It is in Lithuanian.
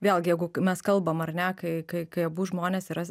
vėlgi jeigu mes kalbam ar ne kai kai kai abu žmonės yra